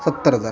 सत्तर हजार